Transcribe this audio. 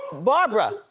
barbara,